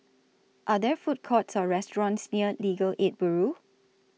Are There Food Courts Or restaurants near Legal Aid Bureau